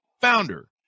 founder